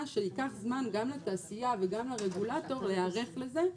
שייקח זמן גם לתעשייה וגם לרגולטור להיערך לזה.